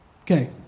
Okay